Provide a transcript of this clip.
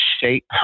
shape